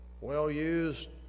well-used